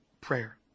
prayer